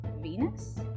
Venus